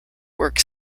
work